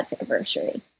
anniversary